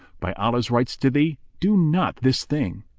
by allah's rights to thee, do not this thing!